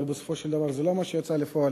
אבל בסופו של דבר זה לא מה שיצא לפועל.